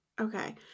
Okay